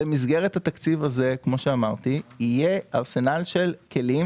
במסגרת התקציב הזה יהיה ארסנל של כלים